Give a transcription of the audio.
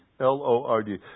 L-O-R-D